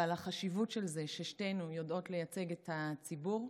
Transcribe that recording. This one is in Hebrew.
ועל החשיבות של זה ששתינו יודעות לייצג את הציבור.